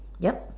yup